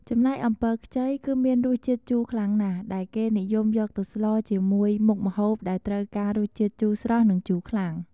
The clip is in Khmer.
ចំណែកអំពិលខ្ចីគឺ មានរសជាតិជូរខ្លាំងណាស់ ដែលគេនិយមយកទៅស្លជាមួយ មុខម្ហូបដែលត្រូវការរសជាតិជូរស្រស់ និងជូរខ្លាំង។